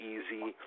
Easy